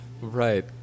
Right